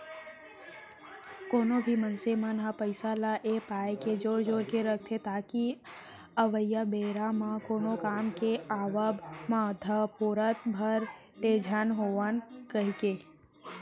कोनो भी मनसे मन ह पइसा ल ए पाय के जोर जोर के रखथे ताकि अवइया बेरा म कोनो काम के आवब म धपोरत भर ले झन होवन कहिके